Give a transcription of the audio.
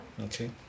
Okay